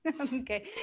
Okay